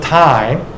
time